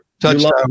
touchdown